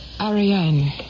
Ariane